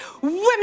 women